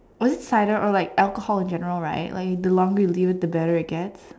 was it cider or like alcohol in general right the longer you leave it the better it gets